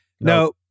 No